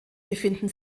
befinden